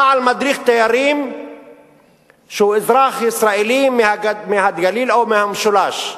מה על מדריך תיירים שהוא אזרח ישראלי מהגליל או מהמשולש?